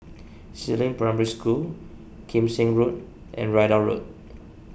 Si Ling Primary School Kim Seng Road and Ridout Road